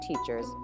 teachers